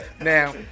Now